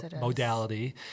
modality